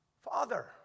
Father